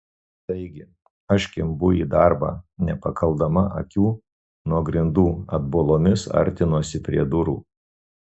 taigi aš kimbu į darbą nepakeldama akių nuo grindų atbulomis artinuosi prie durų